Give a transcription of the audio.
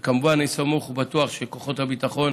וכמובן, אני סמוך ובטוח שכוחות הביטחון